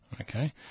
okay